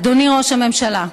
אדוני ראש הממשלה,